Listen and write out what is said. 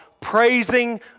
praising